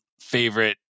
favorite